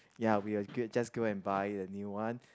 ya we will just go and buy the a new one